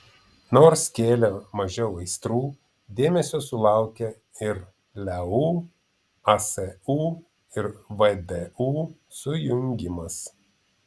nors kėlė mažiau aistrų dėmesio sulaukė ir leu asu ir vdu sujungimas